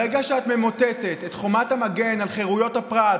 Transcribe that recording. ברגע שאת ממוטטת את חומת המגן על חירויות הפרט,